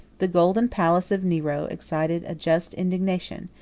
the golden palace of nero excited a just indignation,